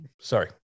Sorry